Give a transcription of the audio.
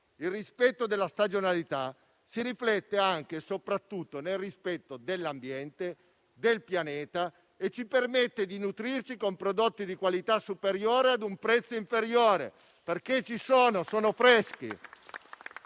Il rispetto della stagionalità si riflette anche e soprattutto nel rispetto dell'ambiente e del pianeta, e ci permette di nutrirci con prodotti di qualità superiore ad un prezzo inferiore, perché i prodotti ci sono e sono freschi.